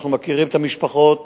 שאנחנו מכירים את המשפחות.